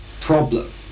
problem